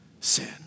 sin